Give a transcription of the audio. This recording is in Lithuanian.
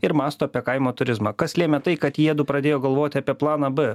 ir mąsto apie kaimo turizmą kas lėmė tai kad jiedu pradėjo galvoti apie planą b